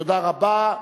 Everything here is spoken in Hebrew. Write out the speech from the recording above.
תודה רבה.